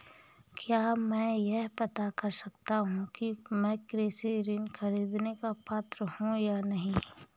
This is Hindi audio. क्या मैं यह पता कर सकता हूँ कि मैं कृषि ऋण ख़रीदने का पात्र हूँ या नहीं?